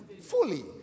fully